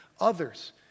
others